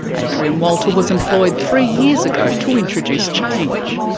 adrian walter was employed three years ago to introduce change.